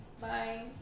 Bye